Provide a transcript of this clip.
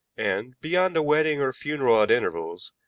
and, beyond a wedding or a funeral at intervals,